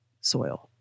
soil